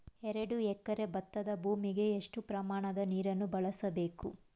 ಎರಡು ಎಕರೆ ಭತ್ತದ ಭೂಮಿಗೆ ಎಷ್ಟು ಪ್ರಮಾಣದ ನೀರನ್ನು ಬಳಸಬೇಕು?